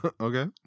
Okay